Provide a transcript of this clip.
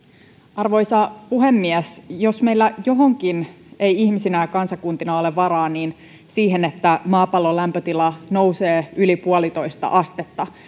arvoisa puhemies jos meillä johonkin ei ihmisinä ja kansakuntina ole varaa niin siihen että maapallon lämpötila nousee yli puolitoista astetta